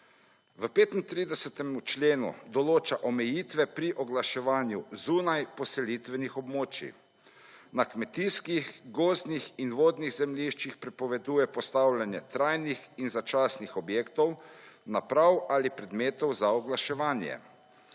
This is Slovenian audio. V 35. členu določa omejitve pri oglaševanju zunaj poselitvenih območij. Na kmetijskih, gozdnih in vodnih zemljiščih prepoveduje postavljanje trajnih in začasnih objektov naprav ali na predmetov za oglaševanje.